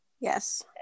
Yes